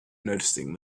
noticing